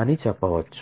అని చెప్పవచ్చు